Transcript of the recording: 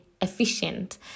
efficient